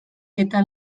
eta